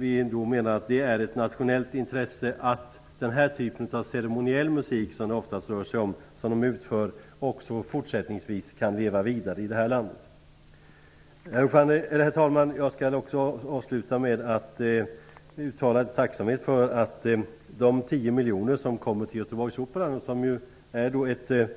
Vi menar alltså att det är ett nationellt intresse att den här typen av ceremoniell musik, som det oftast rör sig om, också fortsättningsvis kan leva vidare i vårt land. Herr talman! Avslutningsvis uttalar jag tacksamhet för de 10 miljoner som tillkommit Göteborgsoperan och som är ett